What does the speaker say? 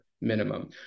minimum